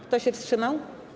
Kto się wstrzymał?